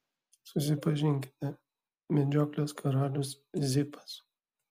susipažinkite medžioklės karalius zipas